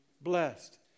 blessed